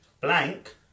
Blank